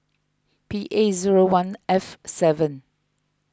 P A zero one F seven